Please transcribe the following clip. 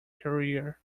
career